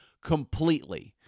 completely